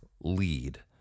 lead